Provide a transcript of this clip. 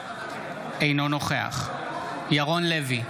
אינו נוכח ירון לוי,